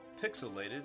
Pixelated